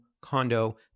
condo